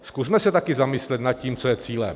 Zkusme se taky zamyslet nad tím, co je cílem.